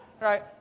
right